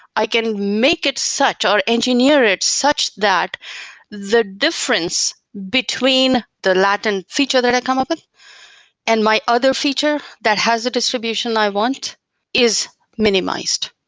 i can make it such or engineer it such that the difference between the latent feature that i come up with and my other feature that has a distribution i want is minimized.